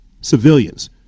civilians